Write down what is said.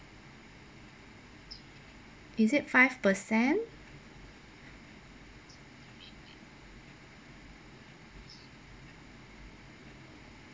is it five percent